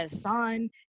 son